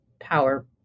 power